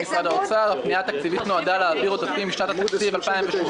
הפנייה התקציבית נועדה להעברת עודפים משנת התקציב 2018